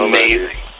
Amazing